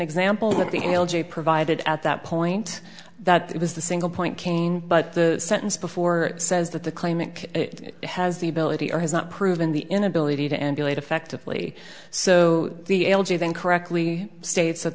example that the l g provided at that point that it was the single point kane but the sentence before says that the claimant has the ability or has not proven the inability to emulate effectively so the l g then correctly states that